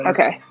Okay